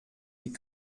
die